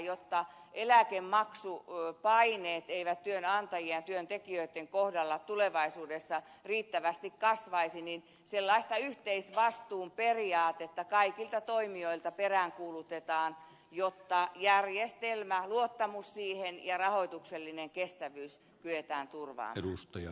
jotta eläkemaksupaineet eivät työnantajien ja työntekijöitten kohdalla tulevaisuudessa liikaa kasvaisi niin sellaista yhteisvastuun periaatetta kaikilta toimijoilta peräänkuulutetaan jotta järjestelmä luottamus siihen ja rahoituksellinen kestävyys kyetään turvaamaan